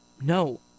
No